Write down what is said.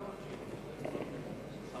תודה לשר.